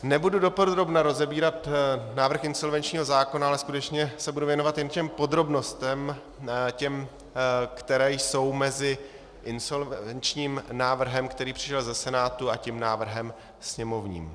Nebudu dopodrobna rozebírat návrh insolvenčního zákona, ale skutečně se budu věnovat jen těm podrobnostem, které jsou mezi insolvenčním návrhem, který přišel ze Senátu, a návrhem sněmovním.